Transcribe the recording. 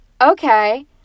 okay